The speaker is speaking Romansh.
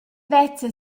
vezza